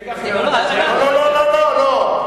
גפני, גפני, אז אני וגפני, לא, לא, לא, לא.